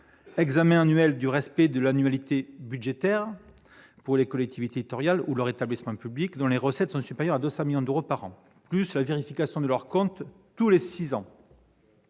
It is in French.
examen annuel du respect de l'annualité budgétaire pour les collectivités territoriales et leurs établissements publics dont les recettes sont supérieures à 200 millions d'euros par an, qui s'ajoutera à la vérification de leurs comptes tous les six ans.